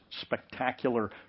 spectacular